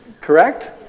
correct